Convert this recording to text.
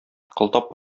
кылтап